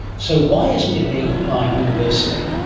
so why isn't it being applied universally?